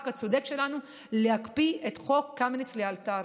הצודק שלנו להקפיא את חוק קמיניץ לאלתר,